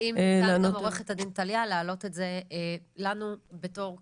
האם ניתן, עו"ד טליה, להעלות את זה לנו בתור כנסת,